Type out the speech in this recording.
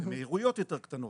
מהירויות יותר קטנות,